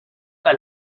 que